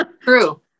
True